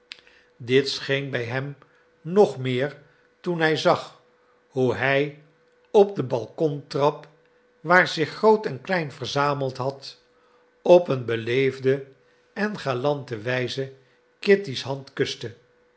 dit scheen bij hem nog meer toen hij zag hoe hij op de balkontrap waar zich groot en klein verzameld had op een beleefde en galante wijze kitty's hand kuste